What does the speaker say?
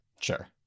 Sure